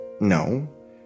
No